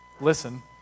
listen